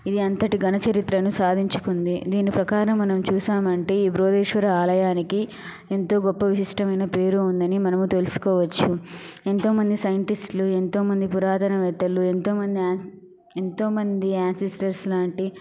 ఇది అంతటి ఘనచరిత్రను సాధించుకుంది దీని ప్రకారం మనము చూసామంటే ఈ బృహదీశ్వర ఆలయానికి ఎంతో గొప్ప విశిష్టమైన పేరు ఉందని మనము తెలుసుకోవచ్చు ఎంతోమంది సైంటిస్టులు ఎంతోమంది పూరతన వేత్తలు ఎంతోమంది యాన్ ఎంతోమంది యాన్సిస్టర్స్ లాంటి